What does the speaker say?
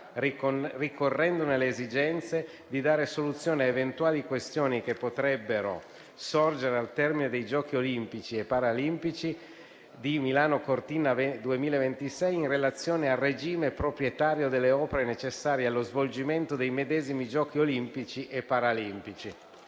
ricorrendone le esigenze, di dare soluzione ad eventuali questioni che potrebbero sorgere al termine dei Giochi olimpici e paralimpici di Milano-Cortina 2026 in relazione al regime proprietario delle opere necessarie allo svolgimento dei medesimi Giochi olimpici e paralimpici».